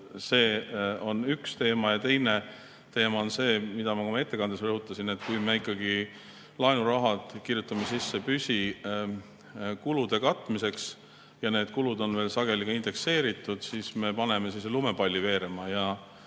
See on üks teema. Teine teema on see, mida ma ka oma ettekandes rõhutasin, et kui me ikkagi laenuraha kirjutame sisse püsikulude katmiseks ja need kulud on sageli veel indekseeritud, siis me paneme lumepalli veerema.